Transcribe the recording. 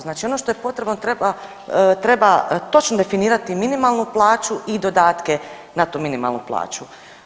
Znači ono što je potrebno treba, treba točno definirati minimalnu plaću i dodatke na tu minimalnu plaću.